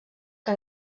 que